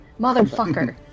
Motherfucker